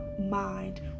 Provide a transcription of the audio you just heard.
mind